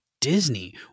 Disney